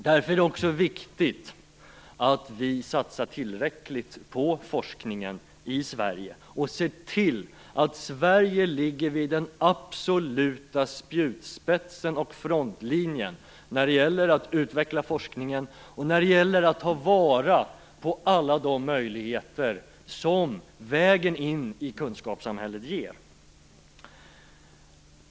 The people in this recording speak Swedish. Därför är det också viktigt att vi satsar tillräckligt på forskningen i Sverige och ser till att Sverige ligger vid den absoluta spjutspetsen och frontlinjen när det gäller att utveckla forskningen och när det gäller att ta vara på alla de möjligheter som vägen in i kunskapssamhället ger.